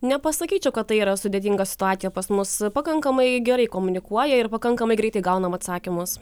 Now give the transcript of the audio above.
nepasakyčiau kad tai yra sudėtinga situacija pas mus pakankamai gerai komunikuoja ir pakankamai greitai gaunam atsakymus